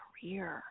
career